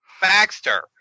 Baxter